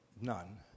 None